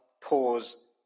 pause